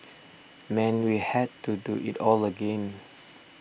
meant we had to do it all again